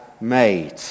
made